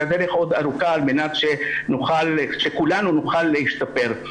והדרך עוד ארוכה על מנת שכולנו נוכל להשתפר.